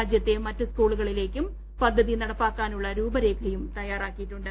രാജ്യത്തെ മറ്റു സ്കൂളുകളിലേയ്ക്കും പദ്ധതി നടപ്പാക്കാനുള്ള രൂപരേഖയും തയ്യാറാക്കിയിട്ടുണ്ട്